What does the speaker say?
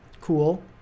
cool